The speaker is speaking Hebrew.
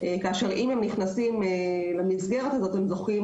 כאשר אם הם נכנסים למסגרת הזאת הם זוכים